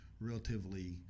relatively